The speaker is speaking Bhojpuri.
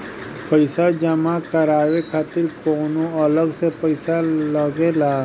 पईसा जमा करवाये खातिर कौनो अलग से पईसा लगेला?